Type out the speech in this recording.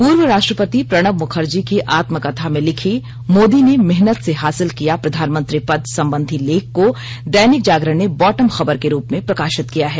पूर्व राष्ट्रपति प्रणब मुखर्जी की आत्मकथा में लिखी मोदी ने मेहनत से हासिल किया प्रधानमंत्री पद संबंधी लेख को दैनिक जागरण ने बॉटम खबर के रूप में प्रकाशित किया है